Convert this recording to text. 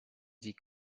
die